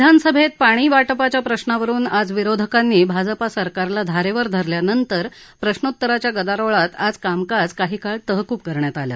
विधानसभेत पाणी वाटपाच्या प्रशावरुन आज विरोधकांनी भाजपा सरकारला धारेवर धरल्यानंतर प्रशोत्तराच्या गदारोळात आज कामकाज काही काळ तहकूब करण्यात आलं